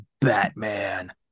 Batman